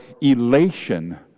elation